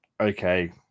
okay